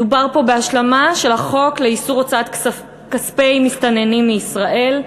מדובר פה בהשלמה של החוק לאיסור הוצאת כספי מסתננים מישראל,